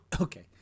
Okay